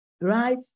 right